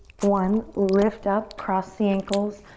one. lift up, cross the ankles,